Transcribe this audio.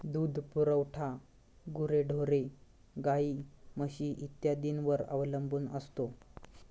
दूध पुरवठा गुरेढोरे, गाई, म्हशी इत्यादींवर अवलंबून असतो